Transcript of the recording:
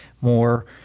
more